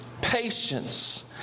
patience